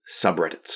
subreddits